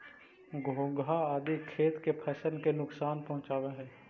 घोंघा आदि खेत के फसल के नुकसान पहुँचावऽ हई